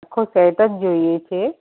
આખો સેટ જ જોઈએ છે